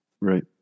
Right